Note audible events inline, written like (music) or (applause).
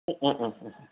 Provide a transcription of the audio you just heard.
(unintelligible)